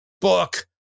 book